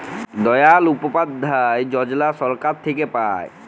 দয়াল উপাধ্যায় যজলা ছরকার থ্যাইকে পায়